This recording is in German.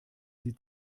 sie